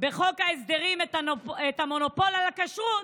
בחוק ההסדרים את המונופול על הכשרות,